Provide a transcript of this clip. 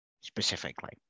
specifically